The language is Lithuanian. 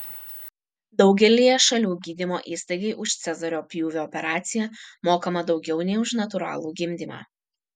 daugelyje šalių gydymo įstaigai už cezario pjūvio operaciją mokama daugiau nei už natūralų gimdymą